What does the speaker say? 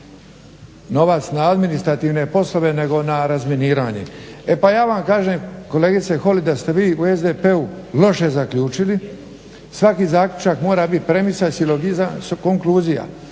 novac na administrativne poslove nego na razminiranje. E pa ja vam kažem kolegice Holy da ste vi u SDP-u loše zaključili. Svaki zaključak mora biti premisa i soligizam i konkluzija.